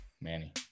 Manny